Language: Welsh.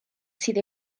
sydd